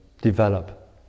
develop